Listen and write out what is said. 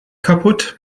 kaputt